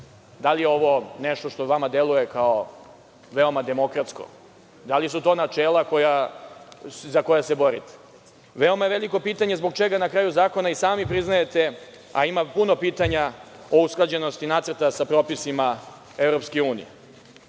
Da li je ovo nešto što vama deluje kao veoma demokratsko? Da li su to načela za koja se borite? Veoma je veliko pitanje – zbog čega na kraju zakona i sami priznajete, a ima puno pitanja o usklađenosti nacrta sa propisima EU?